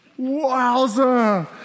Wowza